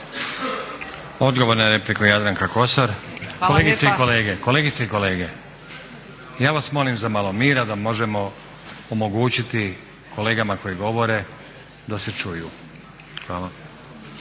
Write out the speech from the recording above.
Odgovor na repliku, Jadranka Kosor. Kolegice i kolege, ja vas molim za malo mira da možemo omogućiti kolegama koji govore da se čuju. Hvala.